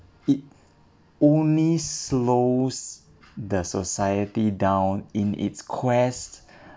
it only slows the society down in its quest